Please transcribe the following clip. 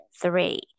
three